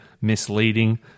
misleading